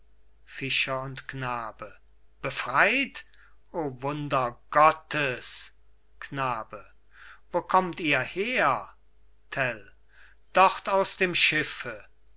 fischer und knabe befreit o wunder gottes knabe wo kommt ihr her tell dort aus dem schiffe